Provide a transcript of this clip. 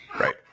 Right